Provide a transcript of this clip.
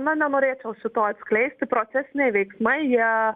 na nenorėčiau šito atskleisti procesiniai veiksmai jie